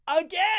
Again